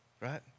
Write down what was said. right